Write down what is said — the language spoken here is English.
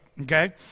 okay